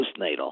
postnatal